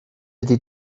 ydy